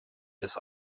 des